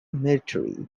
military